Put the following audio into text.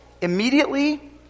Immediately